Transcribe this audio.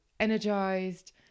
energized